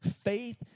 faith